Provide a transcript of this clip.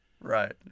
Right